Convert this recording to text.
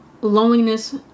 Loneliness